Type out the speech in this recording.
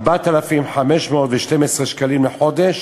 4,512 שקלים לחודש,